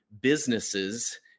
businesses